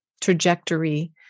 trajectory